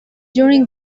during